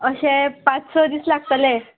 अशें पांच स दीस लागतले